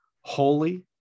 holy